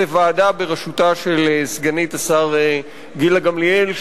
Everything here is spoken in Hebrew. ועדה בראשותה של סגנית השר גילה גמליאל.